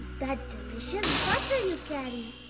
that delicious butter you carry!